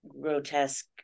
grotesque